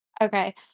Okay